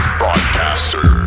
broadcaster